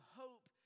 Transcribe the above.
hope